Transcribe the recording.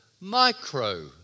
micro